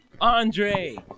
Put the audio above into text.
andre